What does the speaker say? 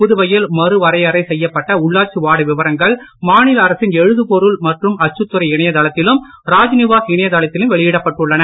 புதுவையில் மறுவரையறை செய்யப்பட்ட உள்ளாட்சி வார்டு விவரங்கள் மாநில அரசின் எழுதுபொருள் மற்றும் அச்சுத்துறை இணையதளத்திலும் ராஜ்நிவாஸ் இணையதளத்திலும் வெளியிடப்பட்டுள்ளன